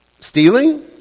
Stealing